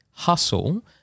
hustle